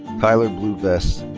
tyler blue vest.